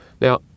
Now